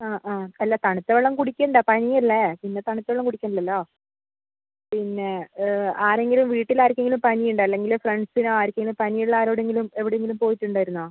ആ ആ അല്ല തണുത്ത വെള്ളം കുടിക്കേണ്ട പനിയല്ലേ പിന്നെ തണുത്ത വെള്ളം കുടിക്കലില്ലല്ലോ പിന്നെ ആരെങ്കിലും വീട്ടിൽ ആർക്കെങ്കിലും പനി ഉണ്ടോ അല്ലെങ്കിൽ ഫ്രണ്ട്സിനോ ആർക്കെങ്കിലും പനി ഉള്ള ആരോടെങ്കിലും എവിടെയെങ്കിലും പോയിട്ടുണ്ടായിരുന്നോ